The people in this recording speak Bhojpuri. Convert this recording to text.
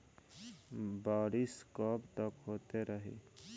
बरिस कबतक होते रही?